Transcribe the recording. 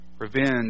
Revenge